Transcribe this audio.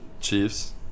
Chiefs